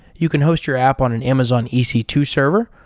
you can host your app on an amazon e c two server,